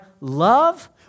love